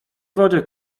wodzie